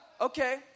Okay